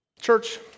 Church